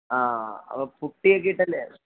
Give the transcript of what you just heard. ആ അപ്പോൾ പുട്ടിയൊക്കെ ഇട്ടല്ലേ